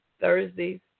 Thursday